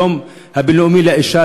היום הבין-לאומי לאישה,